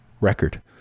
record